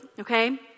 okay